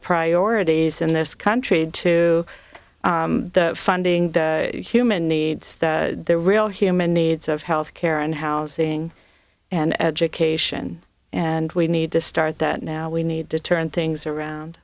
priorities in this country to the funding the human needs that the real human needs of health care and housing and education and we need to start that now we need to turn things around